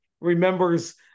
remembers